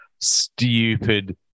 stupid